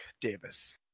Davis